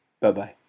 Bye-bye